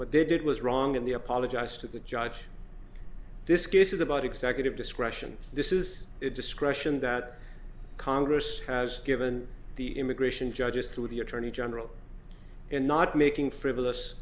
what they did was wrong and the apologize to the judge this case is about executive discretion this is the discretion that congress has given the immigration judges through the attorney general and not making frivolous